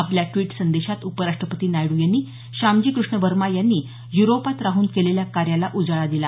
आपल्या ड्वीट संदेशात उपराष्ट्रपती नायडू यांनी श्यामजी कृष्ण वर्मा यांनी युरोपात राहून केलेल्या कार्याला उजाळा दिला